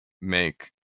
make